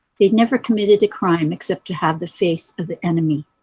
they never committed a crime except to have the face of the enemy.